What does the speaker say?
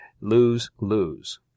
lose-lose